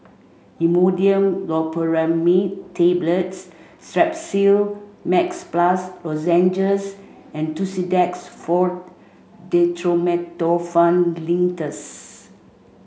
Imodium Loperamide Tablets Strepsil Max Plus Lozenges and Tussidex Forte Dextromethorphan Linctus